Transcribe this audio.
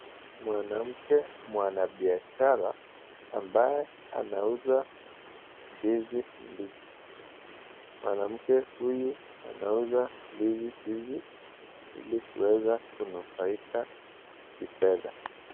Mwanamke mfanyibiashara ambaye anauza ndiz mbichi, mwanamke huyu anauza ndizi hizi ili kuweza kunufaika kipesa.